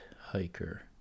hiker